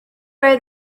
where